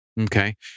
Okay